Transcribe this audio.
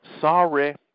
sorry